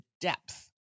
depth